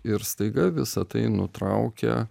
ir staiga visa tai nutraukia